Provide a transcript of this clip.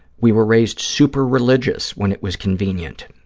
we were raised super religious when it was convenient,